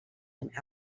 him